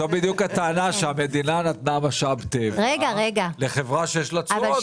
כשכי"ל קנתה את החברה,